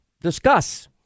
discuss